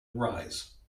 arise